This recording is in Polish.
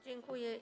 Dziękuję.